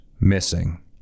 missing